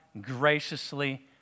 graciously